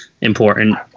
important